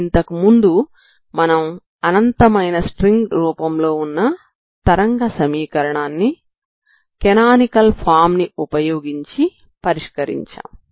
ఇంతకుముందు మనం అనంతమైన స్ట్రింగ్ రూపంలో వున్న తరంగ సమీకరణాన్ని కానానికల్ ఫామ్ ని ఉపయోగించి పరిష్కరించాము